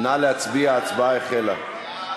נא להצביע, ההצבעה החלה.